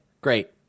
great